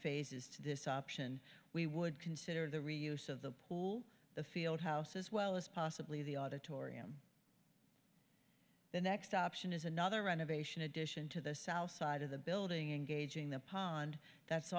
phases to this option we would consider the reuse of the pool the field house as well as possibly the auditorium the next option is another renovation addition to the south side of the building in gauging the pond that's